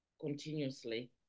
continuously